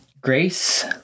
grace